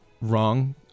wrong